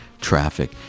Traffic